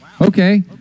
Okay